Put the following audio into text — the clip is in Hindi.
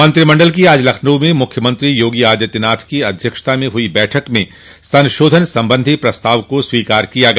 मंत्रिमंडल की आज लखनऊ में मुख्यमंत्री योगी आदित्यनाथ की अध्यक्षता में हुई बैठक में संशोधन संबंधी प्रस्ताव को स्वीकार किया गया